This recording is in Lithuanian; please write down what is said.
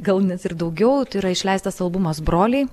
gal net ir daugiau tai yra išleistas albumas broliai